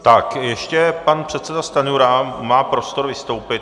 Tak ještě pan předseda Stanjura má prostor vystoupit.